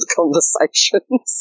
conversations